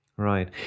Right